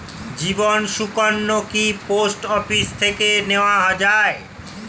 জীবন সুকন্যা কি post office থেকে নেওয়া যায়?